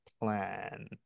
plan